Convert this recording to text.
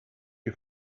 you